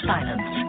Silence